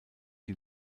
die